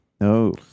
No